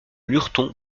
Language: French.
lurton